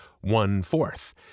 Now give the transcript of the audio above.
one-fourth